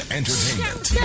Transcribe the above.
entertainment